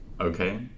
okay